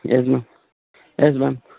yes ma'am yes ma'am